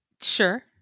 Sure